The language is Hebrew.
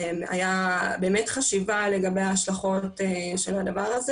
הייתה באמת חשיבה לגבי ההשלכות של הדבר הזה